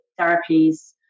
therapies